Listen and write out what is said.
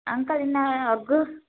uncle हिनजो अघि